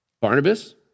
Barnabas